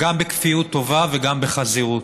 גם בכפיות טובה וגם בחזירות.